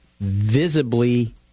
visibly